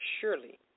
Surely